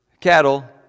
Cattle